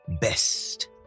Best